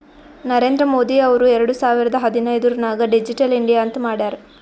ನರೇಂದ್ರ ಮೋದಿ ಅವ್ರು ಎರಡು ಸಾವಿರದ ಹದಿನೈದುರ್ನಾಗ್ ಡಿಜಿಟಲ್ ಇಂಡಿಯಾ ಅಂತ್ ಮಾಡ್ಯಾರ್